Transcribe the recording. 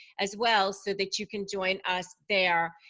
as well, so that you can join us there.